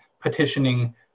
petitioning